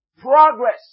progress